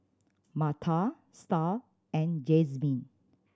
Martha Starr and Jazmin